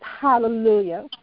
hallelujah